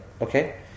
okay